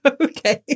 Okay